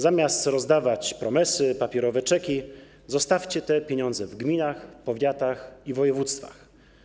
Zamiast rozdawać promesy, papierowe czeki, zostawcie te pieniądze w gminach, powiatach i województwach.